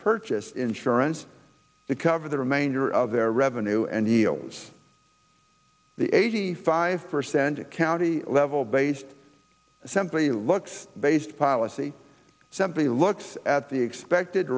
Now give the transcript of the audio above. purchase insurance to cover the remainder of their revenue and yields the eighty five percent of county level based simply looks based policy simply looks at the expected